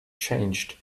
changed